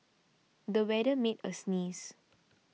the weather made a sneeze